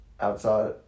outside